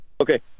okay